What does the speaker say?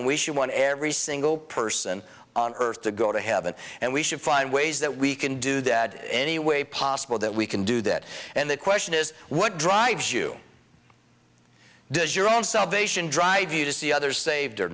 n we should want every single person on earth to go to heaven and we should find ways that we can do that any way possible that we can do that and the question is what drives you does your own salvation drive you to see others saved or